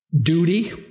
Duty